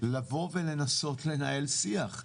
לבוא ולנסות לנהל שיח.